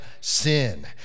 sin